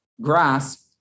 grasp